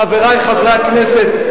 חברי חברי הכנסת,